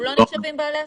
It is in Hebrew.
הם לא נחשבים בעלי עסקים?